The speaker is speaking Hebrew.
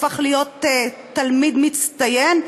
הפך להיות תלמיד מצטיין,